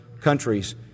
countries